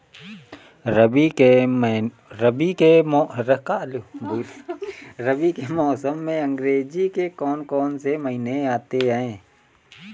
रबी के मौसम में अंग्रेज़ी के कौन कौनसे महीने आते हैं?